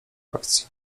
akcji